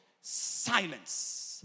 silence